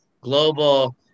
global